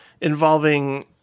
involving